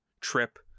trip